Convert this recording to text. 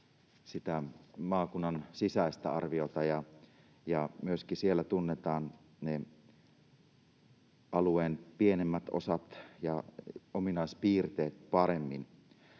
maakunnan sisäistä arviota ja siellä myöskin tunnetaan ne alueen pienemmät osat ja ominaispiirteet paremmin.